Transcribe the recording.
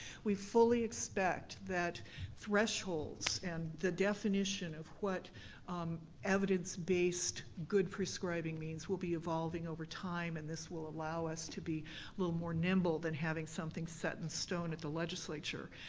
we fully expect that thresholds and the definition of what evidence-based good prescribing means will be evolving over time and this will allow us to be a little more nimble than having something set in stone at the legislature.